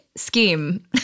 Scheme